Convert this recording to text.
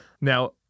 Now